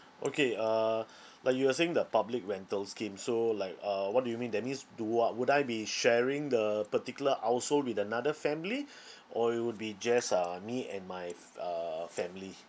okay uh like you were saying the public rental scheme so like uh what do you mean that means do wha~ would I be sharing the particular household with another family or it would be just uh me and my f~ uh family